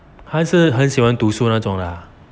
还是很喜欢读书那种 lah